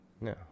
No